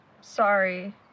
sorry